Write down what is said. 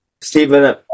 Stephen